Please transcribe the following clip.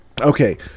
Okay